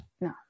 No